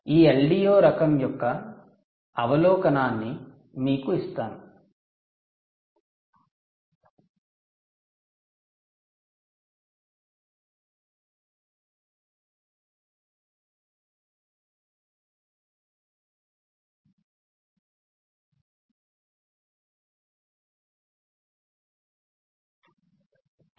ఈ LDO రకం యొక్క అవలోకనాన్ని మీకు ఇస్తాను